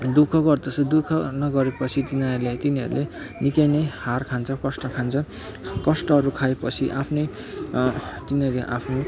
दुखः गर्दछ दुख नगरेपछि तिनीहरूले तिनीहरूले निक्कै नै हार खान्छ कष्ट खान्छ कष्टहरू खाएपछि आफ्नै तिनीहरूले आफ्नो